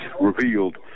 revealed